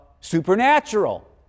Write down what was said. supernatural